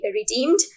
redeemed